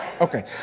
Okay